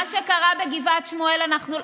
מה שקרה בגבעת שמואל, אנחנו,